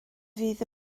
fydd